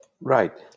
Right